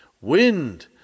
Wind